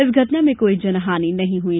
इस घटना में कोई जनहानि नहीं हुयी